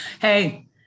Hey